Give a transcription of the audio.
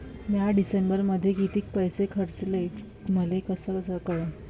म्या डिसेंबरमध्ये कितीक पैसे खर्चले मले कस कळन?